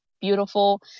beautiful